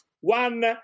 One